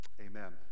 amen